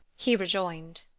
he rejoined.